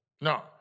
No